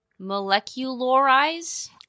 Molecularize